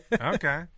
Okay